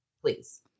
please